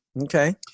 Okay